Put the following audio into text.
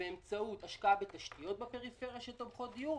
באמצעות השקעה בתשתיות בפריפריה שתומכות דיור,